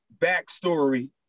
backstory